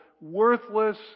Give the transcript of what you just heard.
worthless